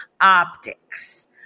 optics